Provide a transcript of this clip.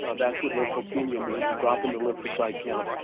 ah that's what lymphopenia means, a drop in the lymphocyte count.